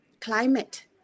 climate